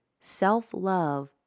Self-love